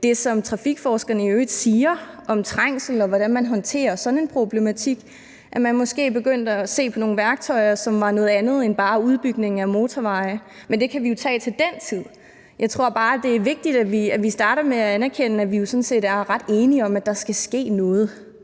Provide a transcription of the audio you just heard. det, som trafikforskerne i øvrigt siger om trængsel, og hvordan man håndterer sådan en problematik, begyndte at se på nogle værktøjer, som var noget andet end bare udbygningen af motorveje. Men det kan vi jo tage til den tid. Jeg tror bare, det er vigtigt, at vi starter med at anerkende, at vi jo sådan set er ret enige om, at der skal ske noget,